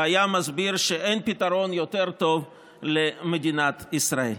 והיה מסביר שאין פתרון יותר טוב למדינת ישראל.